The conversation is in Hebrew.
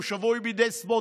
הוא שבוי בידי סמוטריץ',